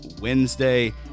Wednesday